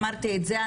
אמרתי את זה.